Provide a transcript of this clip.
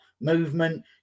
movement